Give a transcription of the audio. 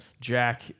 Jack